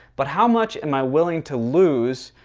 but how much am i willing to lose,